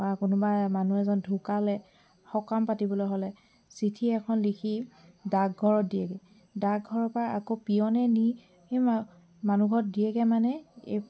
বা কোনোবা মানুহ এজন ঢুকালে সকাম পাতিবলৈ হ'লে চিঠি এখন লিখি ডাকঘৰত দিয়েগৈ ডাকঘৰৰ পৰা আকৌ পিয়নে নি সেই মা মানুহঘৰত দিয়েগৈ মানে এই